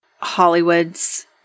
Hollywood's